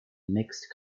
mixed